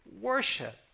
worship